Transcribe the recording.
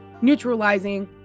neutralizing